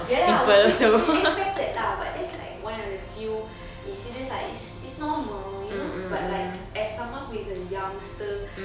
ya lah which is which is expected lah but that's like one of the few incidents lah it's it's normal you know but like as someone who is a youngster